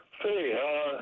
Hey